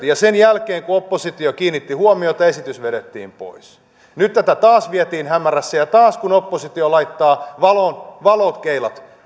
ja sen jälkeen kun oppositio kiinnitti asiaan huomiota esitys vedettiin pois nyt tätä taas vietiin hämärässä ja taas kun oppositio laittaa valokeilat